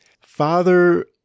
father